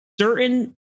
certain